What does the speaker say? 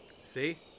See